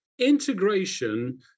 integration